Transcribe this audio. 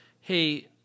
Hey